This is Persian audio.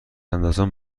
اندازان